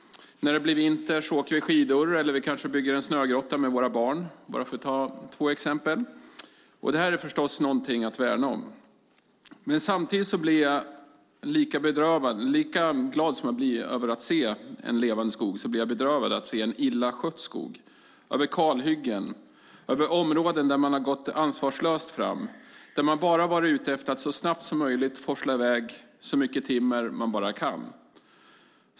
När det blir vinter åker vi skidor eller kanske bygger en snögrotta med våra barn, bara för att ta två exempel. Det är förstås något att värna om. Men lika glad som jag blir över att se en levande skog blir jag bedrövad av att se en illa skött skog - kalhyggen och områden där man gått ansvarslöst fram, där man bara varit ute efter att så snabbt som möjligt forsla i väg så mycket timmer man bara kan.